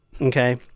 Okay